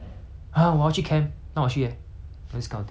like you should bring up in a more appropriate way lor